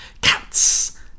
Cats